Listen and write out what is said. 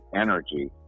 energy